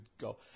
go